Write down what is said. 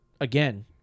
again